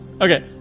Okay